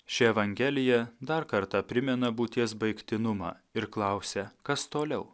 ši evangelija dar kartą primena būties baigtinumą ir klausia kas toliau